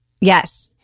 yes